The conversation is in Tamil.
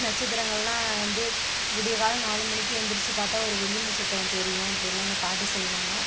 நட்சத்திரங்கள்லாம் வந்து விடியகாலை நாலு மணிக்கு எந்திரிச்சு பார்த்தா ஒரு வெள்ளி நட்சத்திரம் தெரியும் அப்படிலாம் எங்கள் பாட்டி சொல்லுவாங்கள்